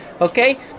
Okay